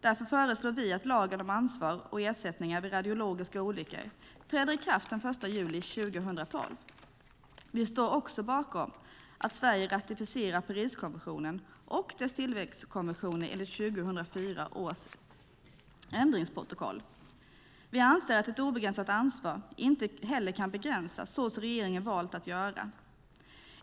Därför föreslår vi att lagen om ansvar och ersättningar vid radiologiska olyckor träder i kraft den 1 juli 2012. Vi står också bakom att Sverige ratificerar Pariskonventionen och dess tilläggskonvention enligt 2004 års ändringsprotokoll. Vi anser att ett obegränsat ansvar inte heller kan begränsas så som regeringen valt att göra.